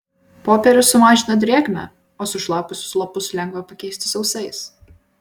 popierius sumažina drėgmę o sušlapusius lapus lengva pakeisti sausais